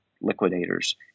liquidators